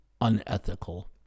unethical